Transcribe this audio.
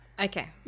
okay